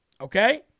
okay